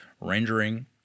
rendering